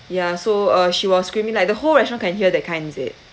yeah so uh she was screaming like the whole restaurant can hear that kind is it